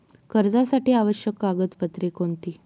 कर्जासाठी आवश्यक कागदपत्रे कोणती?